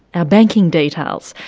our banking details,